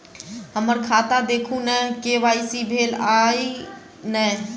हम्मर खाता देखू नै के.वाई.सी भेल अई नै?